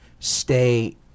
Stay